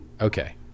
Okay